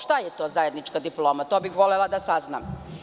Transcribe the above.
Šta je to zajednička diploma, to bih volela da saznam?